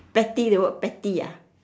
petty the word petty ah